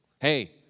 Hey